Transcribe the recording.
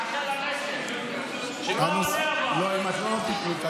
על מחדל הנשק הוא לא עונה.